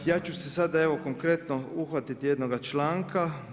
Ja ću se sada evo konkretno uhvatiti jednoga članka.